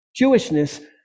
jewishness